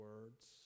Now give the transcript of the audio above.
words